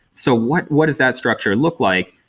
so what what is that structure look like?